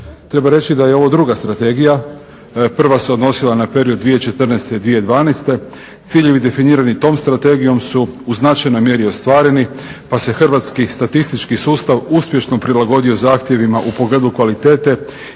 Treba reći da je ovo druga strategija. Prva se odnosila na period 2014., 2012. Ciljevi definirani tom strategijom su u značajnoj mjeri ostvareni, pa se hrvatski statistički sustav uspješno prilagodio zahtjevima u pogledu kvalitete